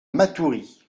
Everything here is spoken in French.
matoury